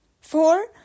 four